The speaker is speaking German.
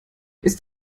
ist